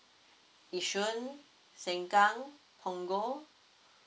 yishun sengkang punggol